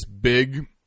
big